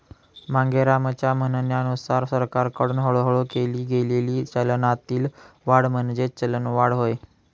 मांगेरामच्या म्हणण्यानुसार सरकारकडून हळूहळू केली गेलेली चलनातील वाढ म्हणजेच चलनवाढ होय